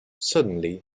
suddenly